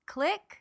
Click